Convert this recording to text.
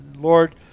Lord